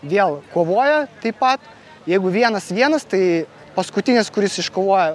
vėl kovojo taip pat jeigu vienas vienas tai paskutinis kuris iškovojo